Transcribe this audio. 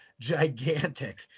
Gigantic